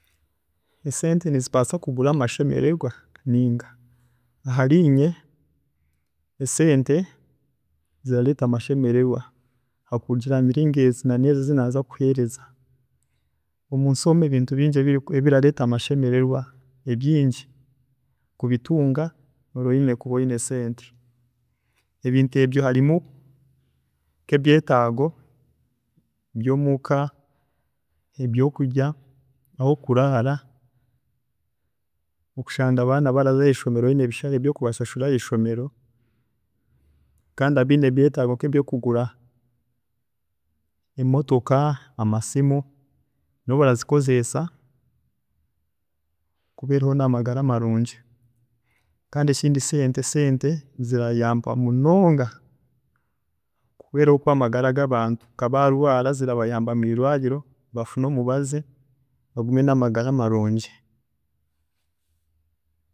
﻿Esente nizibaasa kugura amashemererwa ninga? Aharinye, esente zirareeta amashemererwa hakurugiirira hamiringo ezi na neezi ezinaaza kuheereza, ebintu bingi munsi omu ebirareeta amashemererwa, ebingi, kubitunga oraba oyine kuba oyine sente, ebintu ebyo harimu nk'ebyetaago byomuka, ebyokurya, ahokuraara, kushanga abaana baraza aheishomero oyine ebishare byokubashashurira aheishomero, kandi abiine ebyetaago nkebyokugura emotoka, amasimu nabo barabikozesa kubeeraho namagara marungi. Kandi ekindi esente, sente zirayamba munonga okubeeraho kwamagara gabantu, nka barwaara zirabayamba mwirwaariro bafune omubazi, bagume namagara marungi.